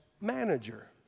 manager